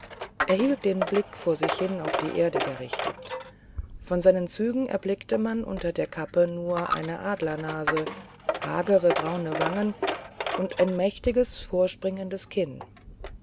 hielt den blick vor sich hin auf die erde gerichtet von seinen zügen erblickte man unter der kappe nur eine adlernase hagere braune wangen und ein mächtiges hervorspringendes kinn